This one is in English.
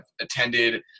attended